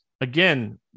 again